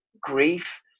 grief